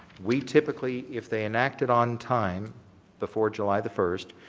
we typically if they enacted on time before july the first,